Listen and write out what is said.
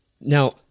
Now